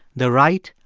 the right,